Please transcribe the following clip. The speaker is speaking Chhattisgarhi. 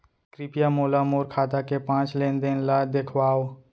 कृपया मोला मोर खाता के पाँच लेन देन ला देखवाव